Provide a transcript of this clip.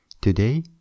Today